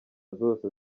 zose